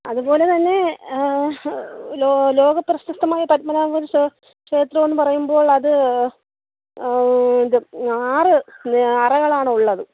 അതുപോലെതന്നെ ലോകപ്രശസ്തമായ പദ്മനാഭസ്വാമി ക്ഷേത്രമെന്നു പറയുമ്പോൾ അത് ഇത് ആറ് അറകളാണ് ഉള്ളത്